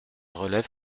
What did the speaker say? relève